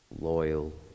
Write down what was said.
loyal